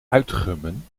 uitgummen